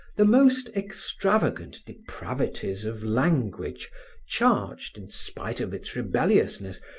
the most extravagant depravities of language charged, in spite of its rebelliousness,